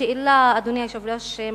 השאלה, אדוני היושב-ראש,